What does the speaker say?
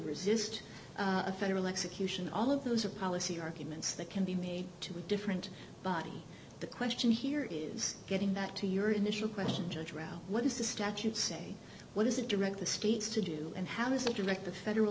resist a federal execution all of those are policy arguments that can be made to a different body the question here is getting back to your initial question judge roe what does the statute say what does it direct the states to do and how does a direct the federal